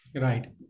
Right